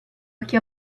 occhi